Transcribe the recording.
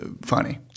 funny